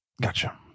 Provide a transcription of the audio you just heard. gotcha